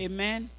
Amen